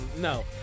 No